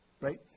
Right